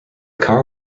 car